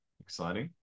Exciting